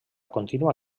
contínua